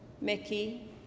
Mickey